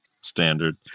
standard